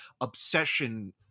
obsession